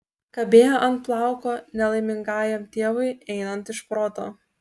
kabėjo ant plauko nelaimingajam tėvui einant iš proto